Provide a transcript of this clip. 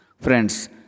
Friends